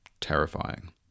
terrifying